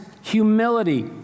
humility